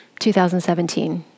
2017